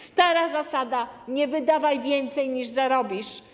Stara zasada: nie wydawaj więcej, niż zarobisz.